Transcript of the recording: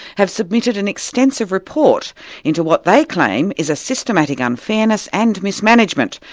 have submitted an extensive report into what they claim is a systematic unfairness and mismanagement,